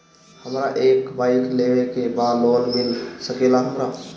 हमरा एक बाइक लेवे के बा लोन मिल सकेला हमरा?